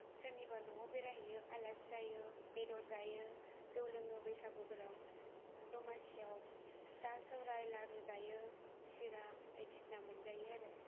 सोरनिबा न'आव बेरायहैयो आलासि जायो बेदर जायो जौ लोङो बैसागुफोराव दमासियाव फिथा सौराय लारु जायो सिरा बायदिसिना मोनजायो आरो